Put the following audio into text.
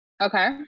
Okay